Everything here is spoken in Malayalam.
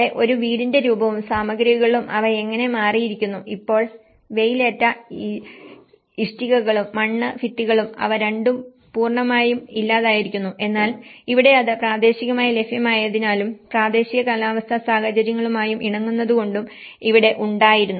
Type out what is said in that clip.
കൂടാതെ ഒരു വീടിന്റെ രൂപവും സാമഗ്രികളും അവ എങ്ങനെ മാറിയിരിക്കുന്നു ഇപ്പോൾ വെയിലേറ്റ ഈസ്റ്റികകളും മണ്ണ് ഭിത്തികളും അവ രണ്ടും പൂർണ്ണമായും ഇല്ലാതായിരിക്കുന്നു എന്നാൽ ഇവിടെ അത് പ്രാദേശികമായി ലഭ്യമായതിനാലും പ്രാദേശിക കാലാവസ്ഥാ സാഹചര്യങ്ങളുമായും ഇണങ്ങുന്നതുകൊണ്ടും ഇവിടെ ഉണ്ടായിരുന്നു